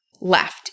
left